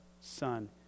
son